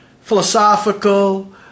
philosophical